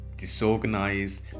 disorganized